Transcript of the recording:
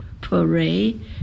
parade